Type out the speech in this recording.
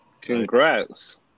Congrats